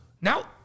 Now